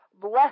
bless